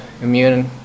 immune